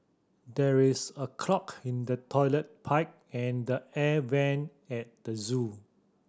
there is a clog in the toilet pipe and the air vent at the zoo